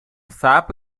sapo